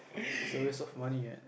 it's a waste of money what